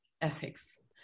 ethics